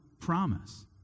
promise